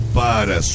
para